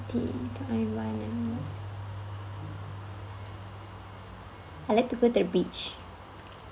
taiwan the most I like to go to the beach